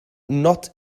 not